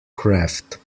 craft